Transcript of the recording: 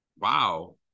wow